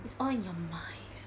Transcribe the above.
it's all in your mind